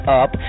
up